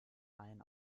allen